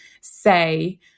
say